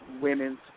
women's